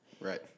Right